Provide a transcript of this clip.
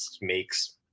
makes